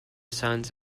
sons